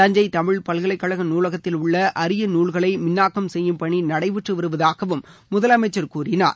தஞ்சை தமிழ் பல்கலைகழக நூலகத்தில் உள்ள அரிய நூல்களை மின்னாக்கம் செய்யும் பணி நடைபெற்று வருவதாகவும் முதலமைச்சர் கூறினார்